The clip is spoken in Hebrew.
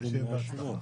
שיהיה בהצלחה.